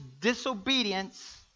disobedience